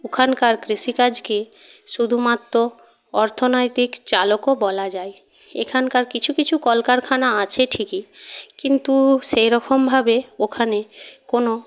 ওখানকার কৃষিকাজকে শুধুমাত্র অর্থনৈতিক চালকও বলা যায় এখানকার কিছু কিছু কলকারখানা আছে ঠিকই কিন্তু সেই রকমভাবে ওখানে কোনো